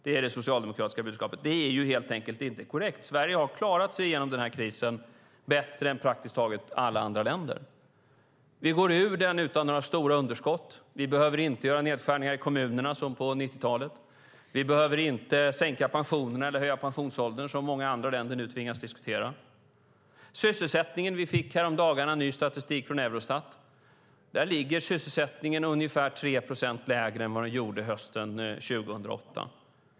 Det är det socialdemokratiska budskapet. Det är helt enkelt inte korrekt. Sverige har klarat sig igenom den här krisen bättre än praktiskt taget alla andra länder. Vi går ur den utan några stora underskott. Vi behöver inte göra nedskärningar i kommunerna som på 90-talet. Vi behöver inte sänka pensionerna eller höja pensionsåldern, vilket många andra länder nu tvingas diskutera. Vi fick i dagarna ny statistik från Eurostat. Där ligger sysselsättningen ungefär 3 procent lägre än vad den gjorde hösten 2008.